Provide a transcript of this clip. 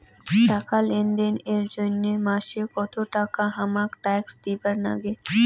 টাকা লেনদেন এর জইন্যে মাসে কত টাকা হামাক ট্যাক্স দিবার নাগে?